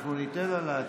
אנחנו ניתן לה להצביע.